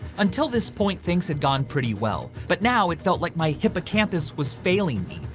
until this point, things had gone pretty well, but now it felt like my hippocampus was failing me.